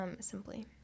simply